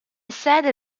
sede